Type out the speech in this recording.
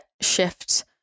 shift